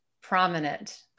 prominent